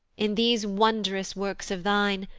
in these wond'rous works of thine,